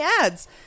ads